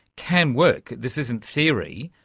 can work. this isn't theory.